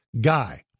guy